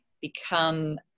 become